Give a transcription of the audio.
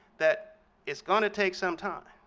that it's going to take some time,